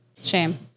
Shame